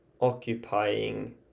occupying